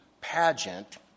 pageant